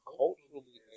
culturally